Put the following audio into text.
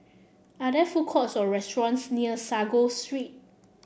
are there food courts or restaurants near Sago Street